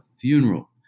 funeral